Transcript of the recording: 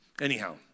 Anyhow